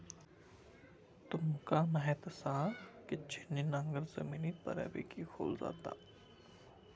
तुमका म्हायत आसा, की छिन्नी नांगर जमिनीत बऱ्यापैकी खोल जाता